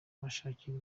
kubashakira